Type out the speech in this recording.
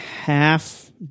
half